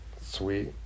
sweet